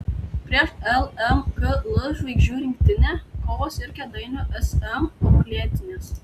prieš lmkl žvaigždžių rinktinę kovos ir kėdainių sm auklėtinės